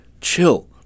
chill